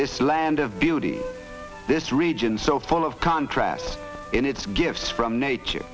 this land of beauty this region so full of contrasts in its gifts from nature